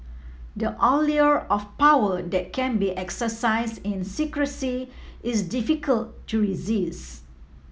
the allure of power that can be exercise in secrecy is difficult to